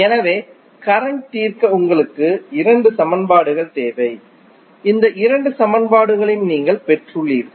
எனவே கரண்ட் தீர்க்க உங்களுக்கு இரண்டு சமன்பாடுகள் தேவை இந்த இரண்டு சமன்பாடுகளையும் நீங்கள் பெற்றுள்ளீர்கள்